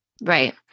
Right